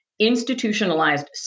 institutionalized